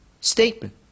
statement